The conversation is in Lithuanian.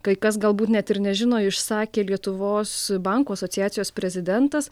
kai kas galbūt net ir nežino išsakė lietuvos bankų asociacijos prezidentas